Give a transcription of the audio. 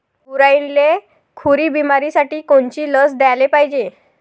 गुरांइले खुरी बिमारीसाठी कोनची लस द्याले पायजे?